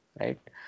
right